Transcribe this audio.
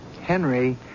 Henry